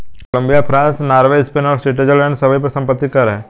Colombia, France, Norway, Spain और Switzerland सभी पर संपत्ति कर हैं